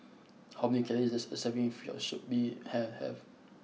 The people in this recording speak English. how many calories does a serving of Fish Soup Bee Han have